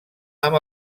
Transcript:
amb